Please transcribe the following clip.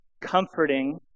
comforting